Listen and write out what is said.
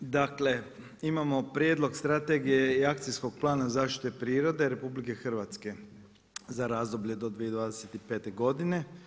Dakle imamo Prijedlog Strategije i Akcijskog plana zaštite prirode RH za razdoblje do 2025. godine.